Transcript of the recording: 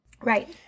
Right